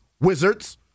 Wizards